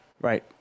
Right